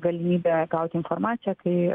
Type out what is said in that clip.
galimybė gauti informaciją kai